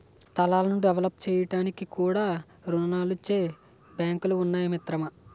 స్థలాలను డెవలప్ చేయడానికి కూడా రుణాలిచ్చే బాంకులు ఉన్నాయి మిత్రమా